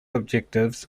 objectives